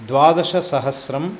द्वादशसहस्रं